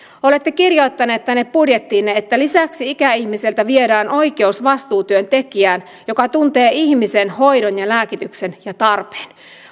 olette kirjoittaneet tänne budjettiinne että lisäksi ikäihmiseltä viedään oikeus vastuutyöntekijään joka tuntee ihmisen hoidon ja lääkityksen ja tarpeet